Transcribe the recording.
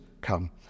come